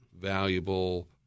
valuable